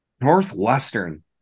Northwestern